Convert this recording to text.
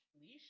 Leash